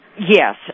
Yes